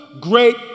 great